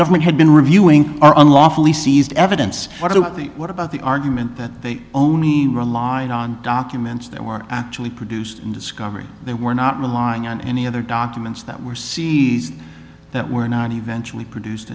government had been reviewing our unlawfully seized evidence what do you what about the argument that they only relied on documents that were actually produced in discovery they were not relying on any other documents that were seized that were not eventually produced